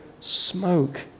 smoke